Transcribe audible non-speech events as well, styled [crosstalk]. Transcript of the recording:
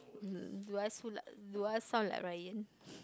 [noise] do I like do I sound like Ryan